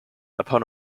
upon